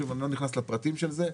שוב, אני לא נכנס לפרטים של זה.